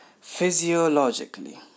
physiologically